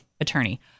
attorney